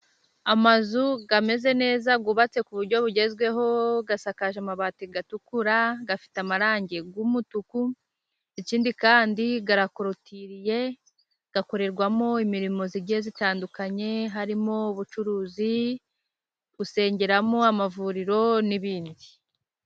Amazu ameze neza, yubatse ku buryo bugezweho, asakaje amabati atukura, afite amarangi y'umutuku, ikindi kandi arakorotiriye, akorerwamo imirimo igiye itandukanye, harimo: ubucuruzi, gusengeramo, amavuriro n'ibindi.